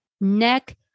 neck